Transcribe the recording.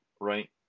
Right